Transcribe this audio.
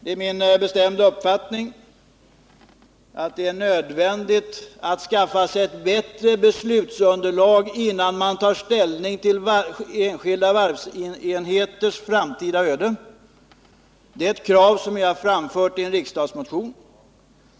Det är min bestämda uppfattning att det är nödvändigt att skaffa sig ett bättre beslutsunderlag, innan man tar ställning till enskilda varvsenheters framtida öde. Det är ett krav som vi socialdemokrater har framfört i en riksdagsmotion.